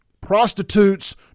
prostitutes